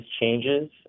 changes